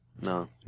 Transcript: No